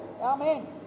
Amen